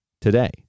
today